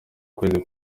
ukwezi